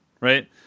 Right